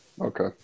Okay